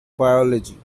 biology